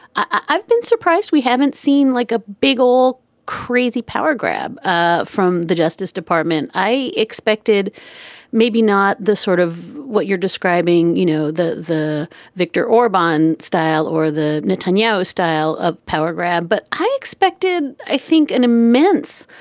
i've been surprised. we haven't seen like a big all crazy power grab ah from the justice department i expected maybe not the sort of what you're describing. you know, the the viktor orban style or the netanyahu style of power grab but i expected, i think, an immense